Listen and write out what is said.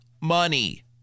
money